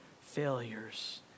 failures